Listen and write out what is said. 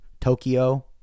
Tokyo